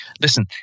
Listen